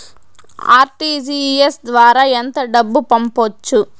RTGS ద్వారా ఎంత డబ్బు పంపొచ్చు?